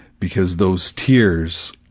because those tears.